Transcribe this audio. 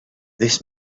this